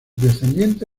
descendiente